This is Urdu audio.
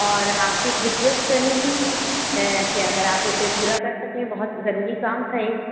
اور آپ سے ایک ریکویسٹ کرنی تھی کہ اگر آپ اسے پورا کر سکیں بہت ضروری کام تھا ایک